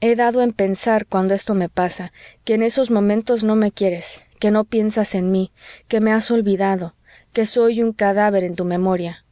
he dado en pensar cuando esto me pasa que en esos momentos no me quieres que no piensas en mí que me has olvidado que soy un cadáver en tu memoria